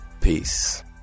Peace